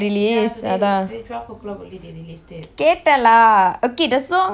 கேட்டேன்:ketten lah okay the song nice I think I shouldn't have watched the video I didn't like the video at all